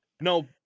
no